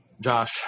Josh